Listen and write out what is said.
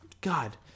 God